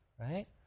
right